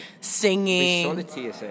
singing